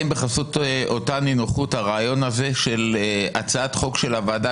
האם בחסות אותה נינוחות הרעיון של הצעת חוק של הוועדה